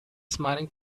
smiling